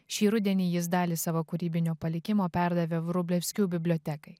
šį rudenį jis dalį savo kūrybinio palikimo perdavė vrublevskių bibliotekai